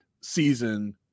season